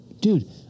dude